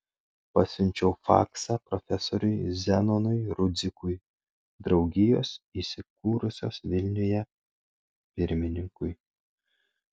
pasiunčiau faksą profesoriui zenonui rudzikui draugijos įsikūrusios vilniuje pirmininkui